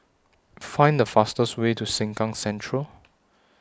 Find The fastest Way to Sengkang Central